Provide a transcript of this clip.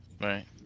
right